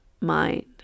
mind